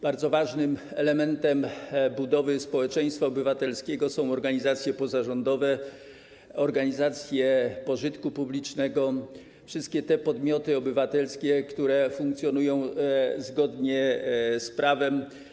Bardzo ważnym elementem budowy społeczeństwa obywatelskiego są organizacje pozarządowe, organizacje pożytku publicznego, wszystkie te podmioty obywatelskie, które funkcjonują zgodnie z prawem.